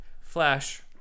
Flash